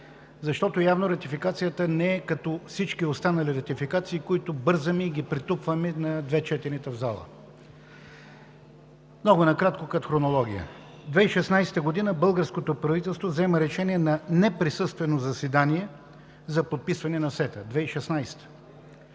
защото явно ратификацията не е като всички останали ратификации, които бързаме и ги претупваме на две четения в залата. Много накратко като хронология. През 2016 г. българското правителство взема решение на неприсъствено заседание за подписване на СЕТА – 2016